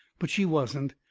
but she wasn't.